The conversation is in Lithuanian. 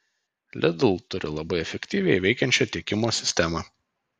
lidl turi labai efektyviai veikiančią tiekimo sistemą